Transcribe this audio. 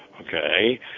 okay